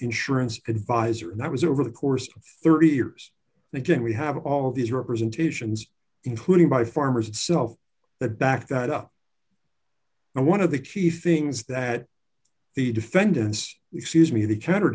insurance advisor and that was over the course of thirty years and again we have all these representations including by farmers itself that backed that up and one of the key things that the defendants excuse me the counter